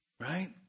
Right